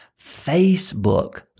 Facebook